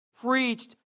preached